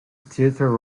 theatre